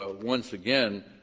ah once again,